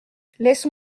laisse